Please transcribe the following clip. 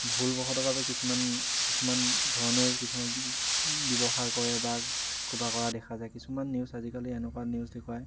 ভুলবশতঃভাৱে কিছুমান কিছুমান ধৰণে কিছুমান ব্যৱহাৰ কৰে বা কিবা কৰা দেখা যায় কিছুমান নিউজ আজিকালি এনেকুৱা নিউজ দেখুৱায়